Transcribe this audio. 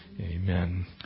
Amen